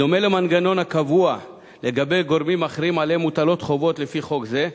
בדומה למנגנון הקבוע לגבי גורמים אחרים שעליהם מוטלות חובות לפי חוק זה,